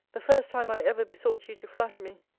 the first time i ever besought you to flatter me.